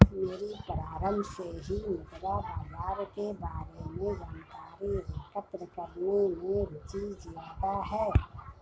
मेरी प्रारम्भ से ही मुद्रा बाजार के बारे में जानकारी एकत्र करने में रुचि ज्यादा है